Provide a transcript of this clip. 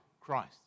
Christ